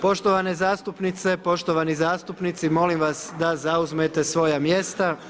Poštovane zastupnice, poštovani zastupnici, molim vas da zauzmete svoja mjesta.